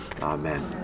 Amen